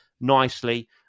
nicely